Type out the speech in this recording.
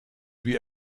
wie